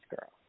girl